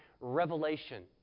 revelation